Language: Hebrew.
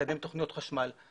מקדם תכניות חשמל,